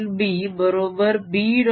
curl B बरोबर B